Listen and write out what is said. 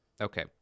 okay